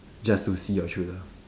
just to see your true love